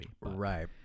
right